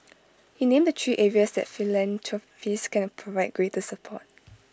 he named the three areas that philanthropists can provide greater support